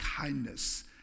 kindness